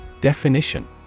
Definition